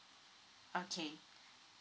okay